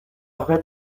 vrai